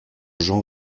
jean